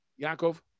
Yaakov